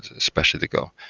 especially the go.